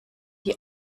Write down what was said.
die